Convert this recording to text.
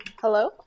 Hello